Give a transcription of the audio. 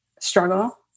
struggle